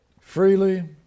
Freely